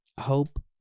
hope